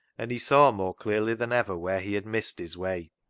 and he saw more clearly than ever where he had missed his way.